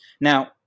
Now